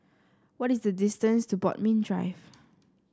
what is the distance to Bodmin Drive